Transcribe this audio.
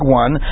one